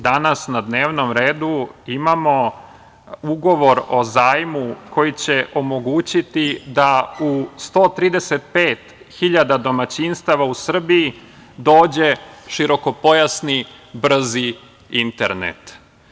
Danas na dnevnom redu imamo ugovor o zajmu koji će omogućiti da u 135.000 domaćinstava u Srbiji dođe širokopojasni brzi internet.